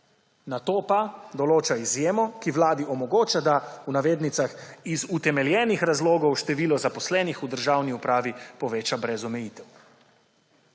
nato pa določa izjemo, ki Vladi omogoča, da v navednicah iz »utemeljenih razlogov« število zaposlenih v državni upravi poveča brez omejitev.